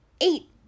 eight